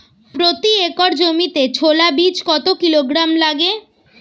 প্রতি একর জমিতে ছোলা বীজ কত কিলোগ্রাম লাগে?